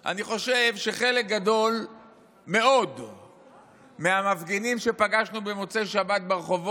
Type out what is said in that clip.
אני חושב שחלק גדול מאוד מהמפגינים שפגשנו במוצאי שבת ברחובות,